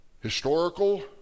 historical